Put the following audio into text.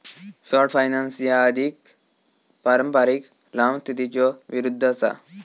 short finance ह्या अधिक पारंपारिक लांब स्थितीच्यो विरुद्ध असा